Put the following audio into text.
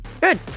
good